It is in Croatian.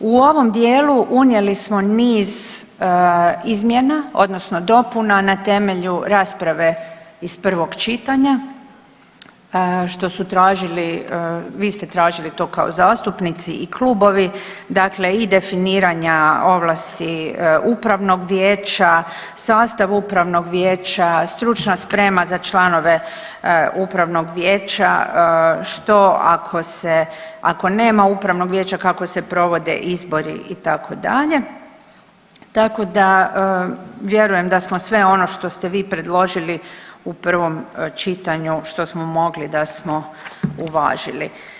U ovom dijelu unijeli smo niz izmjena odnosno dopuna na temelju rasprave iz prvog čitanja što su tražili, vi ste tražili to kao zastupnici i klubovi, dakle i definiranja ovlasti upravnog vijeća, sastav upravnog vijeća, stručna sprema za članove upravnog vijeća, što ako se, ako nema upravnog vijeća kako se provode izbori itd., tako da vjerujem da smo sve ono što ste vi predložili u prvom čitanju što smo mogli da smo uvažili.